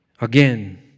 again